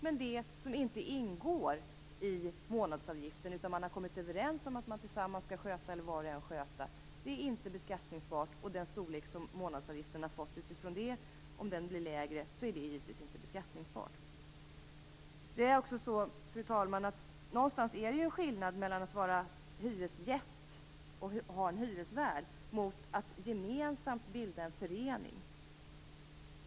Men det som inte ingår i månadsavgiften, det som man har kommit överens om att man skall sköta tillsammans eller var och en för sig, är inte beskattningsbart. Om månadsavgiften utifrån det blir lägre är det givetvis inte beskattningsbart. Fru talman! Någonstans är det ju en skillnad mellan att vara hyresgäst och ha en hyresvärd och att gemensamt bilda en förening.